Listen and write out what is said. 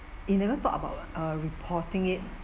they never talk about uh reporting it